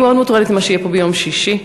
אני מאוד מוטרדת ממה שיהיה פה ביום שישי.